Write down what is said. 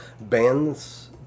bands